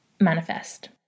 manifest